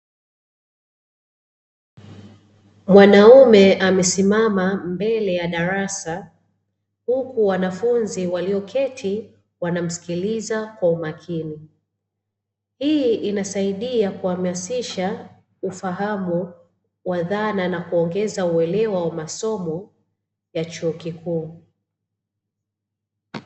Mwanaume amesimama mbele ya darasa huku wanafunzi walioketi wanamsikiliza kwa umakini. Hii inasaidia kuhamasisha ufahamu wa dhana nakuongeza uelewa wa masomo ya chuo kikuu.